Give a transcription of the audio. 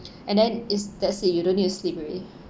and then is that's it you don't need to sleep already